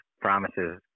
promises